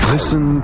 Listen